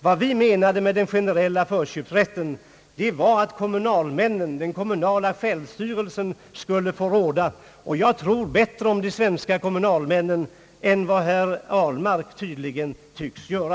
Vad vi menade med den generella förköpsrätten var att kommunalmännen, den kommunala självstyrelsen, skulle få råda, och jag tror bättre om de svenska kommu nalmännen än vad herr Ahlmark tycks göra.